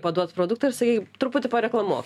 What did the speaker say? paduot produktą ir sakyt truputį pareklamuok